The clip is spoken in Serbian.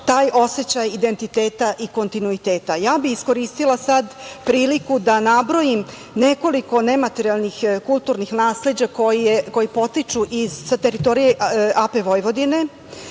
taj osećaj identiteta i kontinuiteta. Iskoristila bih sada priliku da nabrojim nekoliko nematerijalnih kulturnih nasleđa koji potiču sa teritorije AP Vojvodine,